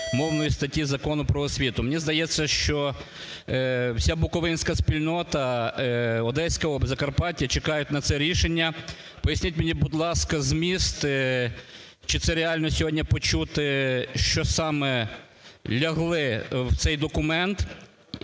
Мені здається, що вся буковинська спільнота, Одеська область, Закарпаття чекають на це рішення. Поясніть мені, будь ласка, зміст, чи це реально сьогодні почути, що саме лягло в цей документ,